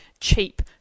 Cheap